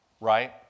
right